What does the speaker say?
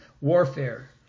Warfare